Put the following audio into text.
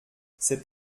cet